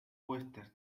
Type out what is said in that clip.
puestas